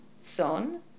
son